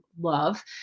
love